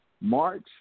March